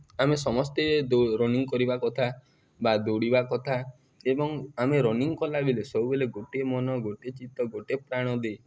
ଆମେ ସମସ୍ତେ ରନିଙ୍ଗ୍ କରିବା କଥା ବା ଦୌଡ଼ିବା କଥା ଏବଂ ଆମେ ରନିଙ୍ଗ୍ କଲାବେଳେ ସବୁବେଲେ ଗୋଟେ ମନ ଗୋଟିଏ ଚିତ୍ତ ଗୋଟିଏ ପ୍ରାଣ ଦେଇ